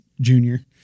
Junior